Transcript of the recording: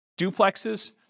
duplexes